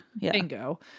Bingo